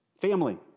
Family